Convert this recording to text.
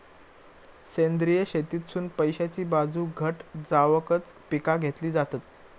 सेंद्रिय शेतीतसुन पैशाची बाजू घट जावकच पिका घेतली जातत